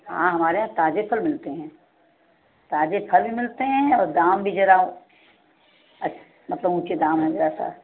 हाँ हमारे यहाँ ताज़े फल मिलते हैं ताज़े फल भी मिलते हैं और दाम भी ज़रा अच मतलब ऊंचे दाम हैं ज़्यादा